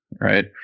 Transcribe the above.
right